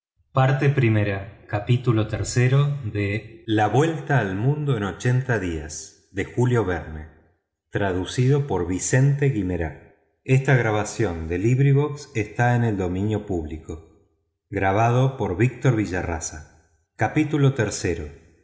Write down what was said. pretexto de dar la vuelta al mundo en ochenta días no toda esta gimnasia terminará en